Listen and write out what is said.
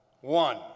One —